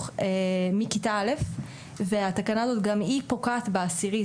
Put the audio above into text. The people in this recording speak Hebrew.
מכיתה א' והתקנה הזו גם היא פוקעת ב-10.